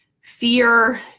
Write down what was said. Fear